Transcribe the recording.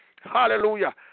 Hallelujah